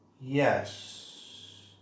Yes